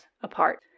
apart